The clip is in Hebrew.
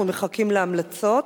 ואנחנו מחכים להמלצות.